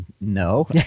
no